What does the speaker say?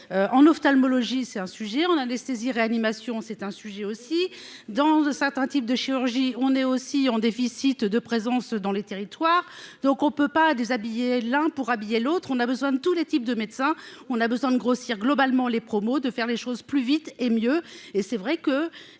en ophtalmologie c'est un sujet en anesthésie-réanimation, c'est un sujet aussi dans certains types de chirurgies, on est aussi en déficit de présence dans les territoires, donc on peut pas déshabiller l'un pour habiller l'autre, on a besoin de tous les types de médecins, on a besoin de grossir globalement les promos de faire les choses plus vite et mieux